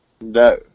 No